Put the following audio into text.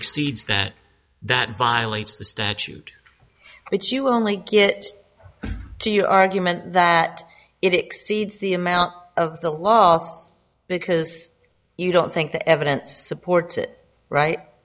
exceeds that that violates the statute but you only get to your argument that it exceeds the amount of the loss because you don't think the evidence supports it right